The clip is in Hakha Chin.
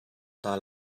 hna